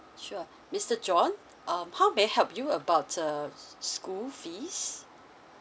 sure mister john um how may I help you about uh school fees